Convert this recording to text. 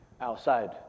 outside